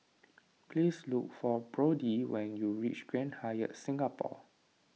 please look for Brodie when you reach Grand Hyatt Singapore